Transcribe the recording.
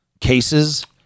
cases